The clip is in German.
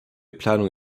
planung